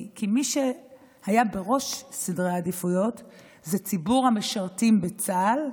כי מי שהיה בראש סדרי העדיפויות זה ציבור המשרתים בצה"ל,